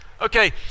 Okay